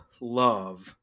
love